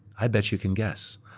i bet you can guess.